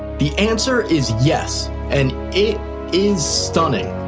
the answer is yes and it is stunning.